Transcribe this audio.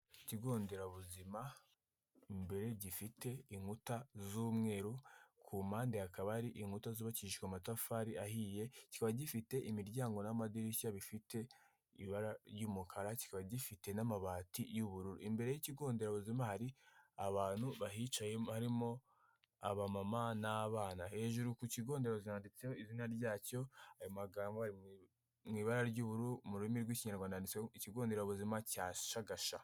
Ikigo nderabuzima imbere gifite inkuta z'umweru ku mpande hakaba hari inkuta zubakishwa amatafari ahiye kiba gifite imiryango n'amadirishya bifite ibara ry'umukara kiba gifite n'amabati y'ubururu imbere y'ikigo nderabuzima hari abantu bahicayemo harimo abamama n'abana hejuru ku kigo nderabuzima handitseho izina ryacyo ayo magambo ari mu ibara ry'ubururu mu rurimi rw'ikinyarwanda handitseho ikigo nderabuzima cya shagasha.